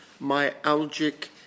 myalgic